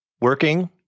working